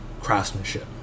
craftsmanship